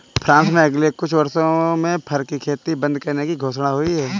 France में अगले कुछ वर्षों में फर की खेती बंद करने की घोषणा हुई है